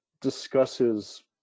discusses